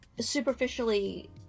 superficially